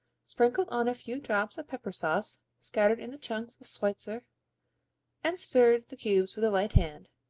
sprinkled on a few drops of pepper sauce scattered in the chunks of schweizer and stirred the cubes with a light hand,